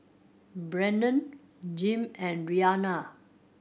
Brennan Jim and Rianna